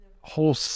whole